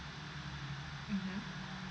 mmhmm